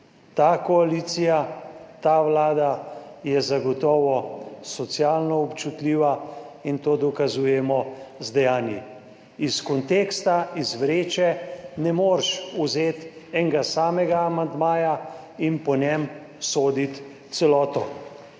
Ta koalicija, ta vlada je zagotovo socialno občutljiva in to dokazujemo z dejanji. Iz konteksta, iz vreče ne moreš vzeti enega samega amandmaja in po njem soditi celote.